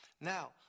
Now